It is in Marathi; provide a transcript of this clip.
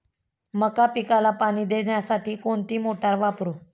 मका पिकाला पाणी देण्यासाठी कोणती मोटार वापरू?